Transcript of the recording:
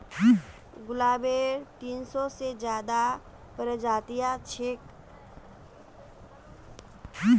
गुलाबेर तीन सौ से ज्यादा प्रजातियां छेक